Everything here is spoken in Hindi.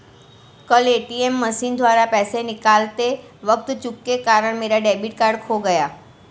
कल ए.टी.एम मशीन द्वारा पैसे निकालते वक़्त चूक के कारण मेरा डेबिट कार्ड खो गया